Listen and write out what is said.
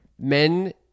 men